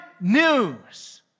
news